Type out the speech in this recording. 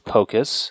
Pocus